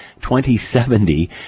2070